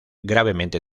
gravemente